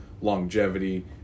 longevity